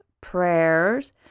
prayers